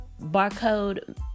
barcode